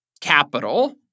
capital